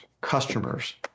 customers